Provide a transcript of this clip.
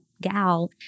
gal